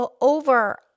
over